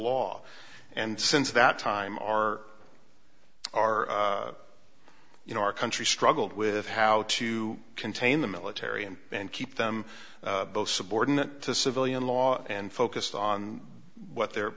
law and since that time r r you know our country struggled with how to contain the military and then keep them both subordinate to civilian law and focused on what their